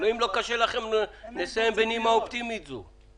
אם לא קשה לכם, נסיים בנימה אופטימית זו.